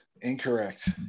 Incorrect